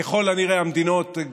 ככל הנראה המדינות,